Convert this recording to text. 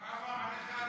מה עבר עליך?